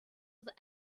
other